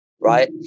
right